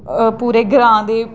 पूरे ग्रांऽ दे